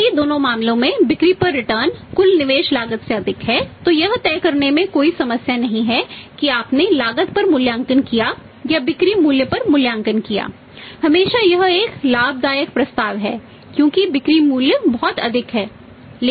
यदि दोनों मामलों में बिक्री पर रिटर्न कुल निवेश लागत से अधिक है तो यह तय करने में कोई समस्या नहीं है कि आपने लागत पर मूल्यांकन किया या बिक्री मूल्य पर मूल्यांकन किया हमेशा यह एक लाभदायक प्रस्ताव है क्योंकि बिक्री मूल्य बहुत अधिक है